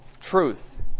truth